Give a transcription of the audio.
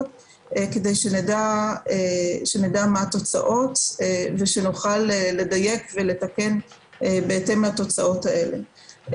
כדי שנדע מה התוצאות ושנוכל לדייק ולתקן בהתאם לתוצאות האלה.